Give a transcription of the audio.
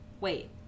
Wait